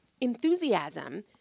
enthusiasm